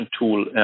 tool